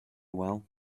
well